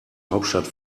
hauptstadt